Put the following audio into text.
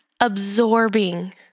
absorbing